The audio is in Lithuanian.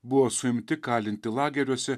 buvo suimti kalinti lageriuose